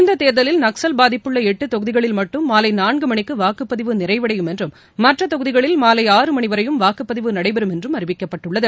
இந்த தேர்தலில் நக்கல் பாதிப்புள்ள எட்டு தொகுதிகளில் மட்டும் மாலை நான்கு மணிக்கு வாக்குப்பதிவு நிறைவளடயும் என்றும் மற்ற தொகுதிகளில் மாலை ஆறு மணி வரையும் வாக்குப்பதிவு நடைபெறும் என்று அறிவிக்கப்பட்டுள்ளது